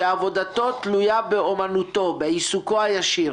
שעבודתו תלויה באמנותו, בעיסוקו הישיר